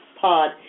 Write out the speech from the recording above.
pod